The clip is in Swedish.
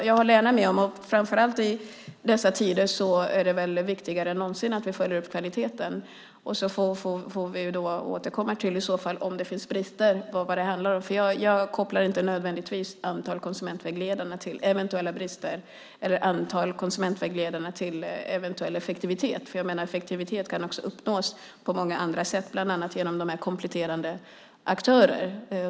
Jag håller gärna med om att det, framför allt i dessa tider, är viktigare än någonsin att vi följer upp kvaliteten, och om det finns brister får vi i så fall återkomma. Jag kopplar inte nödvändigtvis antal konsumentvägledare till eventuella brister eller antal konsumentvägledare till eventuell effektivitet. Jag menar att effektivitet också kan uppnås på många andra sätt, bland annat genom kompletterande aktörer.